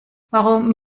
warum